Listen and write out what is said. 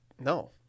No